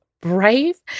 brave